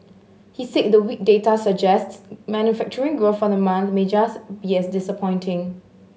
he said the weak data suggests manufacturing growth for the month may just be as disappointing